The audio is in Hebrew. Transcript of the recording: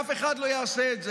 ואף אחד לא יעשה את זה.